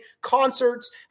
concerts